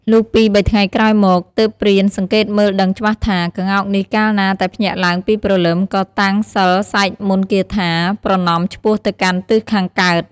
លុះពីរ បីថ្ងៃក្រោយមក ទើបព្រានសង្កេតមើលដឹងច្បាស់ថា ក្ងោកនេះកាលណាតែភ្ញាក់ឡើងពីព្រលឹមក៏តាំងសីលសែកមន្ដគាថា ប្រណម្យឆ្ពោះទៅកាន់ទិសខាងកើត។